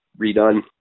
redone